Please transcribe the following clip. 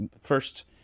first